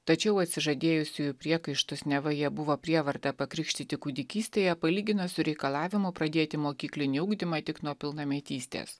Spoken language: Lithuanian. tačiau atsižadėjusiųjų priekaištus neva jie buvo prievarta pakrikštyti kūdikystėje palyginus su reikalavimu pradėti mokyklinį ugdymą tik nuo pilnametystės